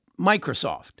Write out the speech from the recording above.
Microsoft